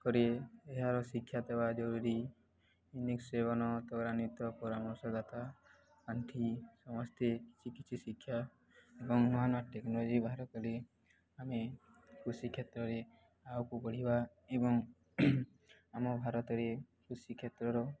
କରି ଏହାର ଶିକ୍ଷା ଦେବା ଜରୁରୀ ୟୁନିକ୍ ସେବନ ତ୍ୱରାନ୍ୱିତ ପରାମର୍ଶ ଦାତା ପାଣ୍ଠି ସମସ୍ତେ କିଛି କିଛି ଶିକ୍ଷା ଏବଂ ନୂଆ ନୂଆ ଟେକ୍ନୋଲୋଜି ବାହାର କରି ଆମେ କୃଷି କ୍ଷେତ୍ରରେ ଆଗକୁ ବଢ଼ିବା ଏବଂ ଆମ ଭାରତରେ କୃଷି କ୍ଷେତ୍ରର